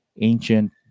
ancient